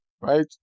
Right